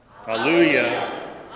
Hallelujah